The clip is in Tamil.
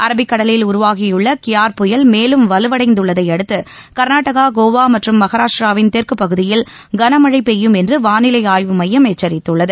அரபிக்கடலில் உருவாகியுள்ள கியார் புயல் மேலும் வலுவடைந்துள்ளதையடுத்து கர்நாடகா கோவா மற்றும் மகாராஷ்டிராவின் தெற்குப் பகுதியில் கனமழை பெய்யும் என்று வானிலை ஆய்வுமையம் எச்சரித்குள்ளது